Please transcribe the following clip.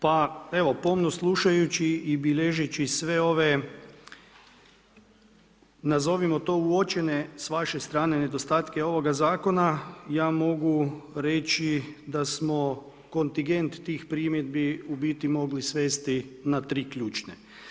Pa evo pomno slušajući i bilježeći sve ove nazovimo to uočene sa vaše strane nedostatke ovoga zakona, ja mogu reći da smo kontigent tih primjedbi u biti mogli svesti na tri ključne.